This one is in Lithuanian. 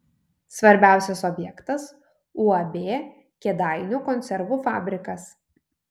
svarbiausias objektas uab kėdainių konservų fabrikas